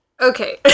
Okay